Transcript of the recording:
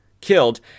killed